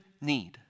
need